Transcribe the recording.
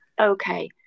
okay